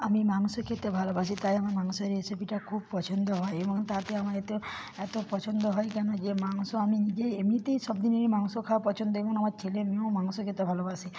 আমি মাংস খেতে ভালোবাসি তাই আমার মাংস রেসিপিটা খুব পছন্দ হয় এবং তাতে আমার এত এতও পছন্দ হয় কেন গিয়ে মাংস আমি নিজে এমনিতেই সব দিনেরই মাংস খাওয়া পছন্দের এবং আমার ছেলেমেয়েও মাংস খেতে ভালোবাসে